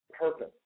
purpose